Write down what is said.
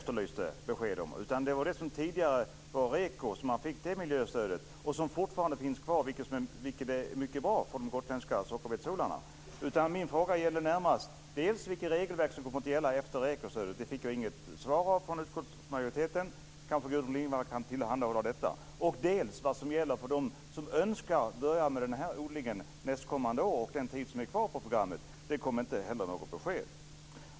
Herr talman! Det var inte ekologiskt odlade sockerbetor som jag efterlyste besked om, utan det var det som man tidigare fick REKO-stöd för och som fortfarande finns kvar, vilket är mycket bra för de gotländska sockerbetsodlarna. Min fråga gäller närmast dels vilka regelverk som kommer att gälla efter RE KO-stödet. Det fick jag inget svar på från utskottsmajoriteten. Kanske Gudrun Lindvall kan tillhandahålla detta. Dels frågade jag vad som gäller för dem som önskar börja med den här odlingen nästkommande år och den tid som finns kvar på programmet. Det kom inte heller något besked.